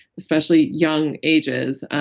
especially young ages,